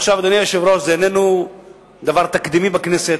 אדוני היושב-ראש, זה לא דבר תקדימי בכנסת.